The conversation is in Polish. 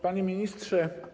Panie Ministrze!